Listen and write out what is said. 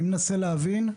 אני אבי דרוט,